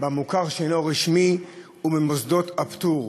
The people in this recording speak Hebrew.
במוכר שאינו רשמי ובמוסדות הפטור.